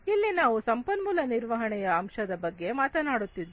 ಇಲ್ಲಿ ನಾವು ಸಂಪನ್ಮೂಲ ನಿರ್ವಹಣೆಯ ಅಂಶದ ಬಗ್ಗೆ ಮಾತನಾಡುತ್ತಿದ್ದೇವೆ